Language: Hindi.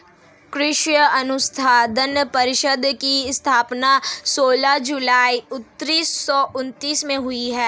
कृषि अनुसंधान परिषद की स्थापना सोलह जुलाई उन्नीस सौ उनत्तीस में हुई